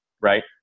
right